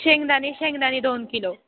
शेंगदाणे शेंगदाणे दोन किलो